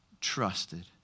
trusted